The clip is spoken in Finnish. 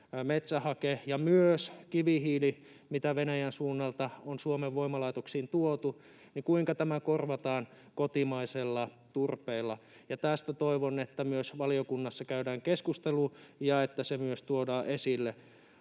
metsähake ja myös kivihiili, mitä Venäjän suunnalta on Suomen voimalaitoksiin tuotu, korvataan kotimaisella turpeella. Toivon, että myös valiokunnassa käydään tästä keskustelu ja että se myös tuodaan esille.